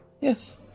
Yes